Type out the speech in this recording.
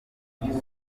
aya